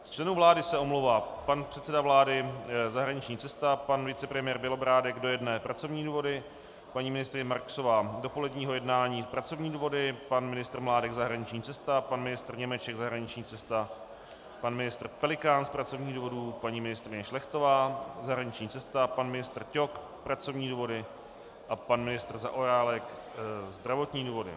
Z členů vlády se omlouvá pan předseda vlády zahraniční cesta, pan vicepremiér Bělobrádek do 13 hodin pracovní důvody, paní ministryně Marksová z dopoledního jednání pracovní důvody, pan ministr Mládek zahraniční cesta, pan ministr Němeček zahraniční cesta, pan ministr Pelikán z pracovních důvodů, paní ministryně Šlechtová zahraniční cesta, pan ministr Ťok pracovní důvody a pan ministr Zaorálek zdravotní důvody.